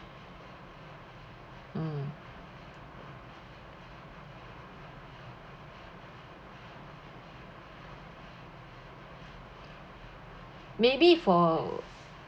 mm maybe for